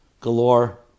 galore